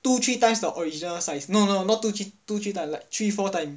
two three times the original size no no no not two three times like three four times